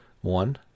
one